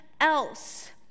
else